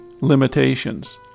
limitations